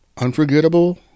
Unforgettable